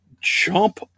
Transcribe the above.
jump